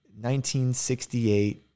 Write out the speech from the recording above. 1968